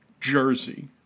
jersey